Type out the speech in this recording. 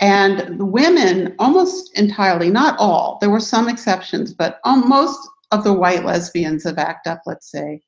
and women women almost entirely, not all. there were some exceptions, but on most of the white lesbians are backed up. let's say